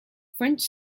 french